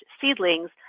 seedlings